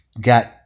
got